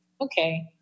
okay